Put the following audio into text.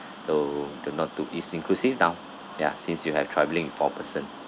so do not to it's inclusive now ya since you are traveling four person